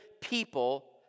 people